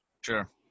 Sure